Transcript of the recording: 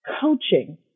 coaching